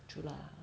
true lah